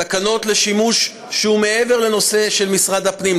תקנות לשימוש שהוא מעבר לנושא של משרד הפנים.